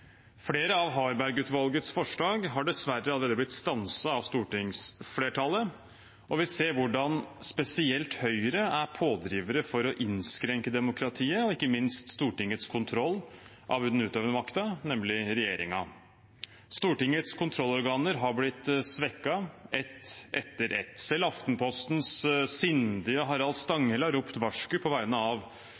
Flere av Harberg-utvalgets forslag har dessverre allerede blitt stanset av stortingsflertallet, og vi ser hvordan spesielt Høyre er pådrivere for å innskrenke demokratiet og ikke minst Stortingets kontroll av den utøvende makten, nemlig regjeringen. Stortingets kontrollorganer har blitt svekket, ett etter ett. Selv Aftenpostens sindige Harald Stanghelle har ropt varsku på vegne av